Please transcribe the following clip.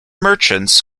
merchants